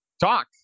talk